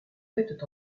mettent